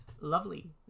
Lovely